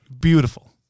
beautiful